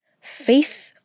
Faith